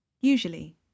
Usually